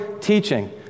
teaching